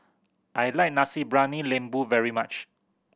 I like Nasi Briyani Lembu very much